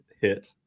hit